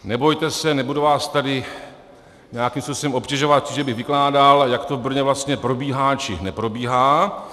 Nebojte se, nebudu vás tady nějakým způsobem obtěžovat, že bych vykládal, jak to v Brně vlastně probíhá či neprobíhá.